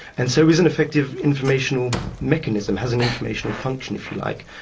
and so is an effective informational mechanism, has an informational function if you like,